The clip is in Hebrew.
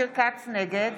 נגד